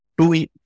two